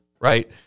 Right